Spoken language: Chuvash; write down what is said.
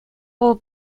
вӑл